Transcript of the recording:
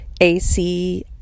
A-C